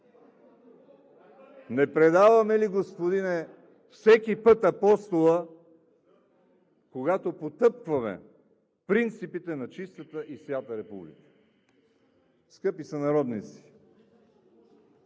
Не предаваме ли, господине, всеки път Апостола, когато потъпкваме принципите на чистата и свята република?! Скъпи сънародници,